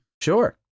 Sure